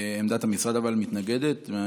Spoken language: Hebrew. עמדת המשרד, מתנגדים?